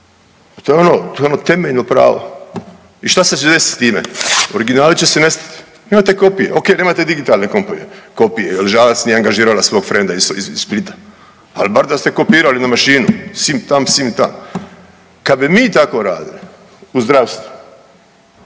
to je ono temeljno pravo. I šta će se desiti time? Originali će nestati, nemate kopije, ok, nemate digitalne kopije jer Žalac nije angažirala svog frenda iz Splita, ali bar da ste kopirali na mašinu sim tam, sim tam. Kad bi mi tako radili u zdravstvu